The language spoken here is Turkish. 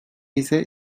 ise